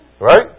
Right